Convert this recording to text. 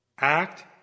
Act